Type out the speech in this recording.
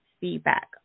feedback